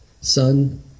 Son